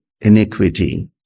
iniquity